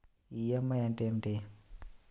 EMI అంటే ఏమిటి?